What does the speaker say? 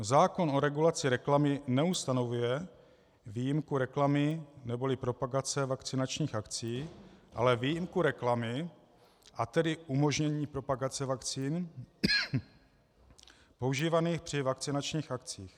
Zákon o regulaci reklamy neustanovuje výjimku reklamy neboli propagace vakcinačních akcí, ale výjimku reklamy, a tedy umožnění propagace vakcín používaných při vakcinačních akcích.